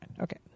Okay